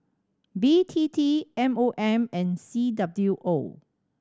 B T T M O M and C W O